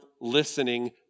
listening